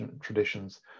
traditions